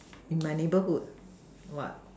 in my neighbourhood what